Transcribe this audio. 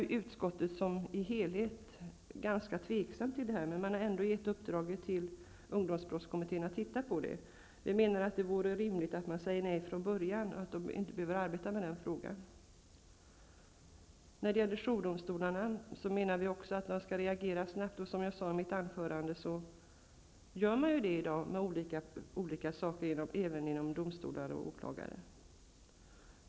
Utskottet ställer sig ganska tvekande till frågan om veckoslutsfängelser. Men ungdomsbrottskommittén har fått i uppdrag att utreda frågan. Vi menar att det vore rimligt att säga nej från början och att kommittén inte behöver arbeta med den frågan. Vi anser också att samhället via jourdomstolarna skall reagera snabbt. Men samhället gör så redan i dag via domstolar och åklagare.